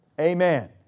Amen